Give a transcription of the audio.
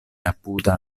apuda